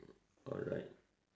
alright